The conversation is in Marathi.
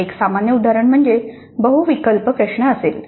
एक सामान्य उदाहरण म्हणजे बहुविकल्प प्रश्न असेल